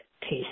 taste